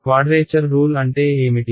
quadrature rule అంటే ఏమిటి